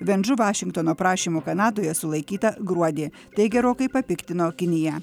ven žu vašingtono prašymu kanadoje sulaikyta gruodį tai gerokai papiktino kiniją